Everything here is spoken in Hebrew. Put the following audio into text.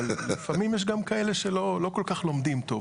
אבל לפעמים יש גם כאלה שלא כל כך לומדים טוב.